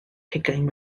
hugain